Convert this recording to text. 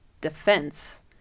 defense